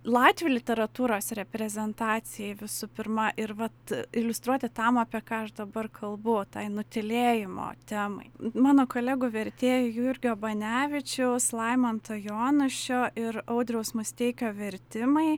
latvių literatūros reprezentacijai visų pirma ir vat iliustruoti tam apie ką aš dabar kalbu tai nutylėjimo temai mano kolegų vertėjų jurgio banevičiaus laimanto jonušio ir audriaus musteikio vertimai